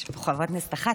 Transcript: יש פה חברת כנסת אחת,